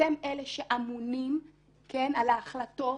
אתם אלה שאמונים על החלטות,